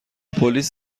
پلیس